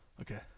Okay